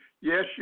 yes